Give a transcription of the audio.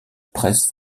presse